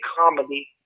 comedy